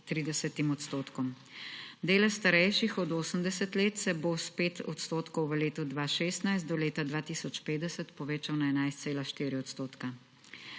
30 odstotkov. Delež starejših od 80 let se bo s 5 odstotkov v letu 2016 do leta 2050 povečal na 11,4 odstotka.